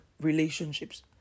relationships